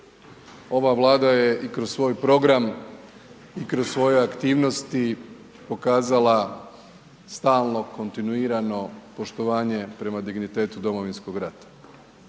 Ova Vlada je i kroz svoj program i kroz svoje aktivnosti pokazala stalno kontinuirano poštovanje prema dignitetu Domovinskog rata.